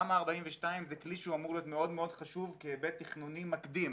תמ"א/42 זה כלי שהוא אמור להיות מאוד מאוד חשוב כהיבט תכנוני מקדים,